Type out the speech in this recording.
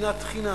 שנאת חינם.